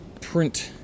print